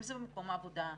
אם זה במקום העבודה,